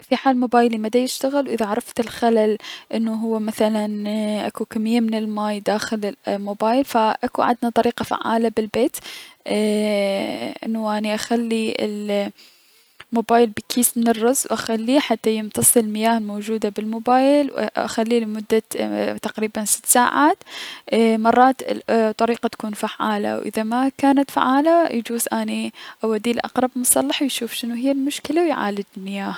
في حال موبابلي مدا يشتغل و اذا عرفت الخلل مثلا اي- اكو كمية من الماي داخل الموبايل ف اكو عدنا طريقة فعالة بالبيت ايي- انو اني اخلي الموبايل بكيس من الرز و اخليه حتى يمتص المياه الموجودة بالموبايل و اخليه لمدة تقريبا ست ساعات ل اي - مرات الطريقة تكون فعالة و اذا مجانت فعالة يجوز اني اوديها لأقرب مصلح و يشوف شنو المشكلة و يعالجلي ياها.